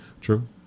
true